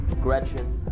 Gretchen